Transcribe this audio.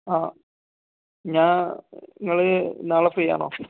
ആ ഞാൻ നിങ്ങൾ നാളെ ഫ്രീ ആണോ